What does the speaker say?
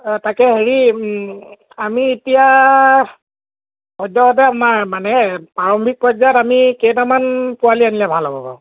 তাকে হেৰি আমি এতিয়া সদ্যহতে আমাৰ মানে প্ৰাৰম্ভিক পৰ্যায়ত আমি কেইটামান পোৱালি আনিলে ভাল হ'ব বাৰু